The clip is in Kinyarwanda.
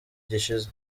gishize